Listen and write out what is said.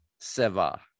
seva